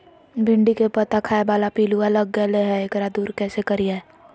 भिंडी के पत्ता खाए बाला पिलुवा लग गेलै हैं, एकरा दूर कैसे करियय?